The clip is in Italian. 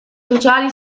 sociali